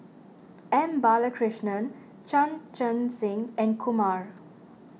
M Balakrishnan Chan Chun Sing and Kumar